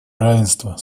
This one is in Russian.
равенства